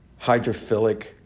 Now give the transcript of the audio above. hydrophilic